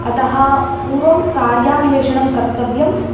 अतः पूर्वं कार्यान्वेषणं कर्तव्यं